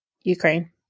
Ukraine